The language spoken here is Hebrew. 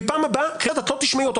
ובפעם הבאה את לא תשמעי אותו.